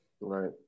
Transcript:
Right